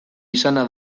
izana